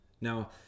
Now